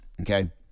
okay